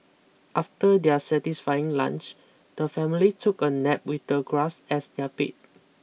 after their satisfying lunch the family took a nap with the grass as their bed